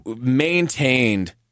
maintained